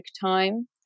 time